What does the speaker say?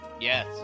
Yes